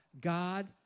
God